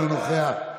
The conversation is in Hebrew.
אינו נוכח,